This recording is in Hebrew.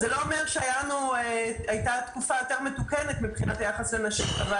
זה לא אומר שהייתה תקופה יותר מתוקנת מבחינת היחס לנשים אבל